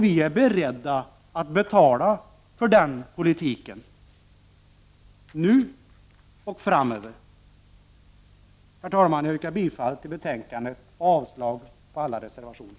Vi är beredda att betala för den politiken nu och framöver. Herr talman! Jag yrkar bifall till utskottets hemställan och avslag på samtliga reservationer.